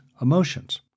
emotions